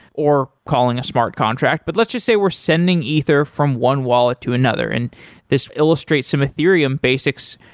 or calling a smart contract. but let's just say we're sending ether from one wallet to another and this illustrates some ethereum basics,